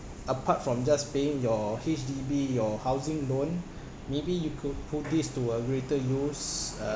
apart from just paying your H_D_B your housing loan maybe you could put this to a greater use um